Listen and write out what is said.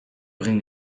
egin